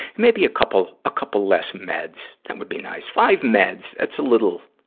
maybe a couple, a couple less meds that would be nice. five meds that's a little,